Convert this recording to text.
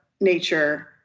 nature